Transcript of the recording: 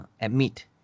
admit